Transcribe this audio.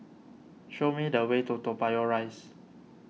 show me the way to Toa Payoh Rise